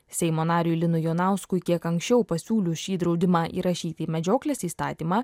seimo nariui linui jonauskui kiek anksčiau pasiūlius šį draudimą įrašyti į medžioklės įstatymą